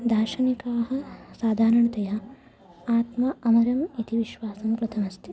दार्शनिकैः साधारणतया आत्मा अमरम् इति विश्वासः कृतः अस्ति